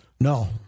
No